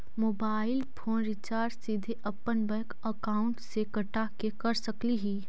Mobile phone recharge सीधे अपन bank account से कटा के कर सकली ही?